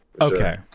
Okay